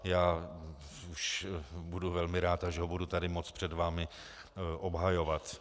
Já budu velmi rád, až ho budu tady moct před vámi obhajovat.